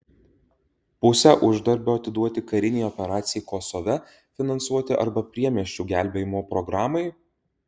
pusę uždarbio atiduoti karinei operacijai kosove finansuoti arba priemiesčių gelbėjimo programai